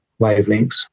wavelengths